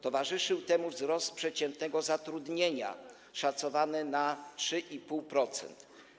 Towarzyszył temu wzrost przeciętnego zatrudnienia szacowany na 3,5%.